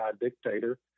dictator